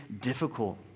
difficult